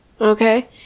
okay